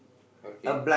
okay